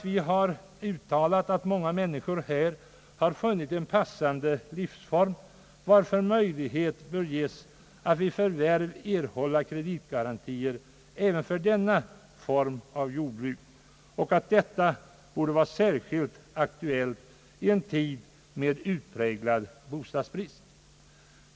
Vi har uttalat att många människor här har funnit en passande livsform, varför möjlighet bör ges att vid förvärv erhålla kreditgarantier även för denna form av jordbruk, samt att detta borde vara särskilt aktuellt i en tid med utpräglad bostadsbrist.